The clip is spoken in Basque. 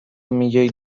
milioi